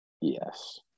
Yes